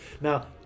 Now